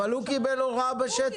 אבל הוא קיבל הוראה בשטח.